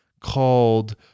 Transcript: called